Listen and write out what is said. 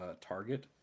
target